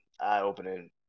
eye-opening